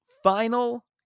Final